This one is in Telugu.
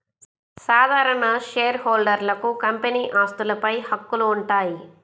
సాధారణ షేర్హోల్డర్లకు కంపెనీ ఆస్తులపై హక్కులు ఉంటాయి